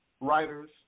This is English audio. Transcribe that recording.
writers